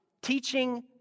teaching